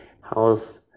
house